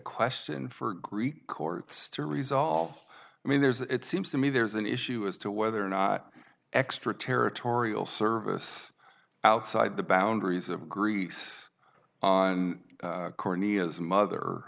question for greek courts to resolve i mean there's it seems to me there's an issue as to whether or not extra territorial service outside the boundaries of greece on corneas mother